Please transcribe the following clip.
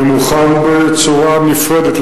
אני מוכן בצורה נפרדת,